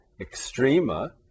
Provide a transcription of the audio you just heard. extrema